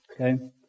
Okay